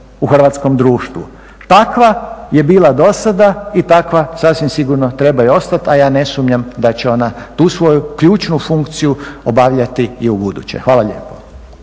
Hvala lijepo.